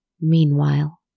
Meanwhile